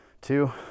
Two